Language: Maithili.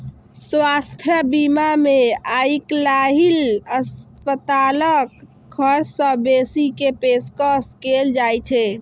स्वास्थ्य बीमा मे आइकाल्हि अस्पतालक खर्च सं बेसी के पेशकश कैल जाइ छै